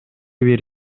бир